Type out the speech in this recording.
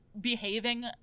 behaving